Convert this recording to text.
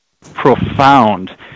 profound